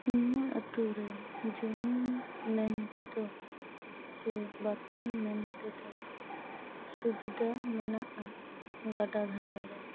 ᱤᱧᱟᱹᱜ ᱟᱹᱛᱩ ᱨᱮ ᱡᱚᱢᱤ ᱢᱮᱱ ᱛᱮᱫᱚ ᱥᱮ ᱵᱟᱛᱷᱟᱱ ᱢᱮᱱ ᱛᱮᱫᱚ ᱥᱩᱵᱤᱫᱟ ᱢᱮᱱᱟᱜᱼᱟ ᱜᱟᱰᱟ ᱫᱷᱟᱨᱮ ᱨᱮ